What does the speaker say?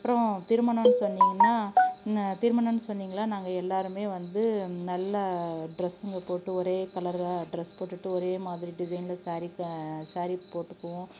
அப்புறம் திருமணம்னு சொன்னீங்கன்னால் திருமணம்னு சொன்னிங்களா நாங்கள் எல்லாருமே வந்து நல்லா டிரெஸ்ஸுங்க போட்டு ஒரே கலராக டிரெஸ் போட்டு ஒரே மாதிரி டிசைன்ல ஸாரீ ஸாரீ போட்டுக்குவோம்